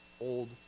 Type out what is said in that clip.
old